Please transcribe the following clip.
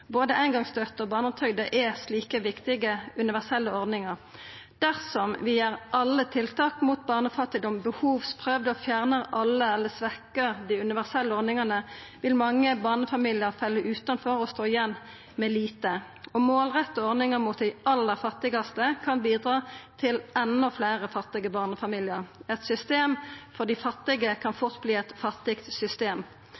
Både eingongsstønaden og barnetrygda er slike viktige universelle ordningar. Dersom vi gjer alle tiltak mot barnefattigdom behovsprøvde, og fjernar eller svekkjer dei universelle ordningane, vil mange barnefamiliar falla utanfor og stå igjen med lite. Å målretta ordninga inn mot dei aller fattigaste kan bidra til enda fleire fattige barnefamiliar. Eit system for dei fattige kan